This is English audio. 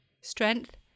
Strength